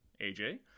aj